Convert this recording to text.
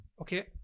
Okay